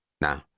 Now